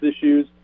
issues